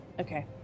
Okay